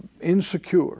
Insecure